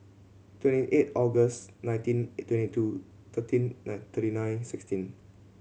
twenty eight August nineteen twenty two thirteen nine thirty nine sixteen